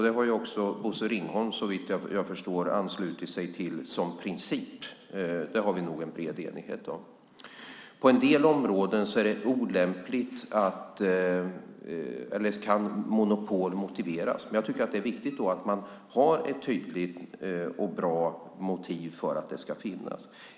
Det har också Bosse Ringholm, såvitt jag förstår, anslutit sig till som princip. Det har vi nog en bred enighet om. På en del områden kan monopol motiveras, men jag tycker att det då är viktigt att man har ett tydligt och bra motiv för att det ska finnas.